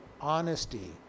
honesty